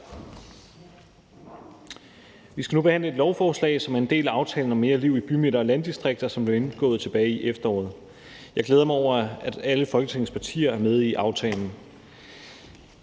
Vi skal nu behandle et lovforslag, som er en del af aftalen om mere liv i bymidter og landdistrikter, som blev indgået tilbage i efteråret. Jeg glæder mig over, at alle Folketingets partier er med i aftalen.